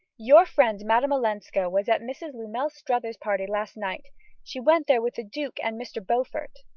your friend madame olenska was at mrs. lemuel struthers's party last night she went there with the duke and mr. beaufort.